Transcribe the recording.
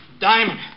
Diamond